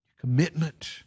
commitment